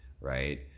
right